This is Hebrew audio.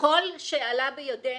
ככל שעלה בידנו,